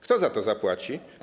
Kto za to zapłaci?